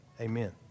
Amen